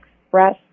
express